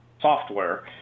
software